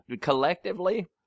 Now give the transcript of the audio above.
collectively